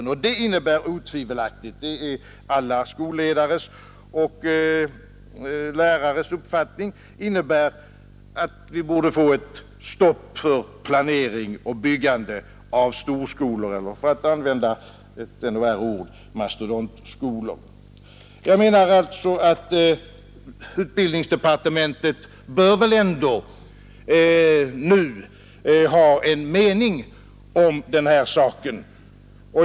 Det innebär otvivelaktigt — det är alla skolledares och lärares uppfattning — att vi borde få ett stopp för planering och byggande av storskolor, eller, för att använda ett ännu värre ord, mastodontskolor. Jag menar alltså att utbildningsdepartementet väl ändå bör ha en mening om den här saken.